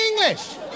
English